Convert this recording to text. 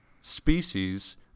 species